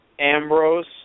Ambrose